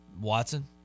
Watson